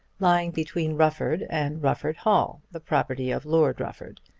lying between rufford and rufford hall the property of lord rufford,